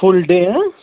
full day حظ